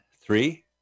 three